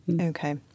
Okay